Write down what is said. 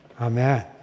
Amen